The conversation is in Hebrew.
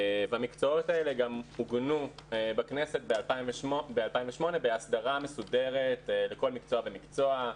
המקצועות האלה גם עוגנו בכנסת ב-2008 בהסדרה מסודרת לכל מקצוע ומקצוע,